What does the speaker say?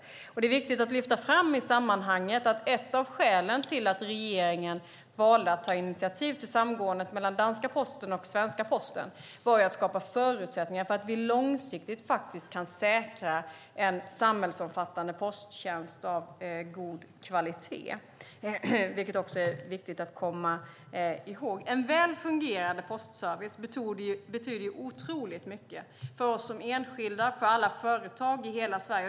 Det är i sammanhanget viktigt att komma ihåg och lyfta fram att ett av skälen till att regeringen valde att ta initiativ till samgåendet mellan Post Danmark och svenska Posten var att man ville skapa förutsättningar för att långsiktigt kunna säkra en samhällsomfattande posttjänst av god kvalitet. En väl fungerande postservice betyder otroligt mycket för oss som enskilda och för alla företag i hela Sverige.